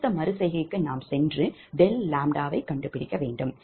அடுத்த மறு செய்கைக்கு நாம் சென்று ∆ʎ வைக் கண்டுபிடிக்க வேண்டும்